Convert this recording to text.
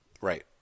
Right